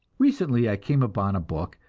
recently i came upon a book,